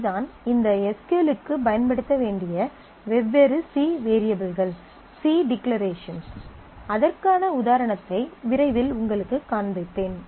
இதுதான் இந்த S Q L க்குப் பயன்படுத்த வேண்டிய வெவ்வேறு சி வேரியபிள்கள் சி டிக்ளரேஷன்ஸ் அதற்கான உதாரணத்தை விரைவில் உங்களுக்குக் காண்பிப்பேன்